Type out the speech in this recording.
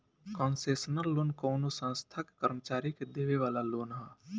concessional loan कवनो संस्था के कर्मचारी के देवे वाला लोन ह